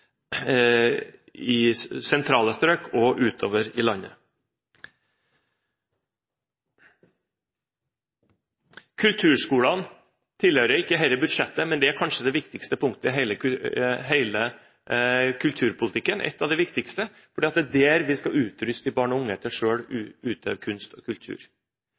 utover i landet. Kulturskolene tilhører ikke dette budsjettet, men er kanskje det viktigste punktet – et av de viktigste – i hele kulturpolitikken, for det er der vi skal utruste barn og unge til selv å utøve kunst og kultur.